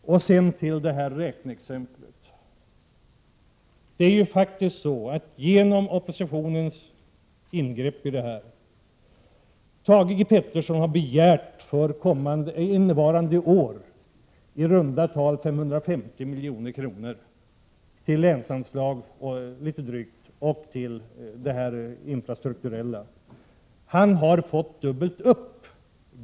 Jag kommer slutligen till det här räkneexemplet. Thage G Peterson har för innevarande år begärt i runda tal 550 milj.kr. till länsanslag och till infrastrukturella åtgärder. Han har genom oppositionens ingripande fått dubbelt upp.